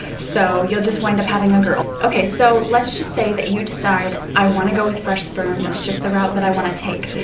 so, you'll just wind up having a girl. okay, so let's just say that you decide, i want to go with fresh sperm, that's just the route that i want to take.